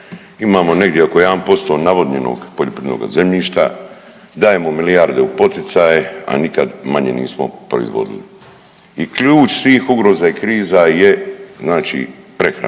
imamo negdje oko 1% navodnjenoga poljoprivrednoga zemljišta, dajemo milijarde u poticaje, a nikad manje nismo proizvodili. I ključ svih ugroza i kriza je znači prehrana,